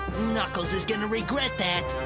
knuckles is gonna regret that.